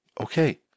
okay